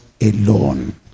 alone